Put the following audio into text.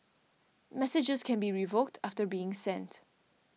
messages can be revoked after being sent